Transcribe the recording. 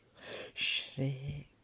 Shrek